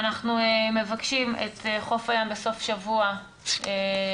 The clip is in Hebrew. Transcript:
אנחנו מבקשים את חוף הים בסוף שבוע להוציא